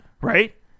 right